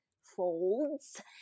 folds